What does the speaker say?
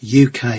UK